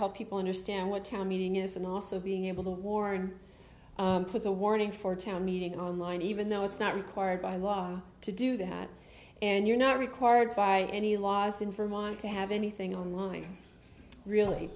help people understand what town meeting is and also being able to warn put the warning for the meeting online even though it's not required by law to do that and you're not required by any laws in vermont to have anything online really